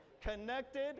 connected